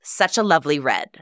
suchalovelyred